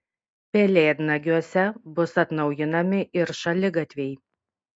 pelėdnagiuose bus atnaujinami ir šaligatviai